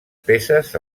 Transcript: peces